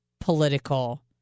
political